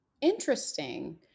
Interesting